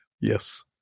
Yes